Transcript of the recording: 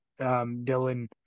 Dylan